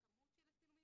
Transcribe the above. הכמות של הצילומים.